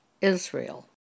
Israel